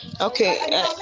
okay